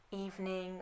evening